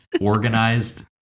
organized